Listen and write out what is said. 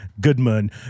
Goodman